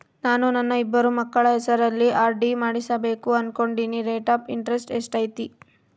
ನಾನು ನನ್ನ ಇಬ್ಬರು ಮಕ್ಕಳ ಹೆಸರಲ್ಲಿ ಆರ್.ಡಿ ಮಾಡಿಸಬೇಕು ಅನುಕೊಂಡಿನಿ ರೇಟ್ ಆಫ್ ಇಂಟರೆಸ್ಟ್ ಎಷ್ಟೈತಿ?